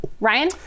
Ryan